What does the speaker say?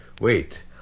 Wait